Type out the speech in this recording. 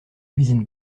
cuisine